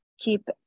keep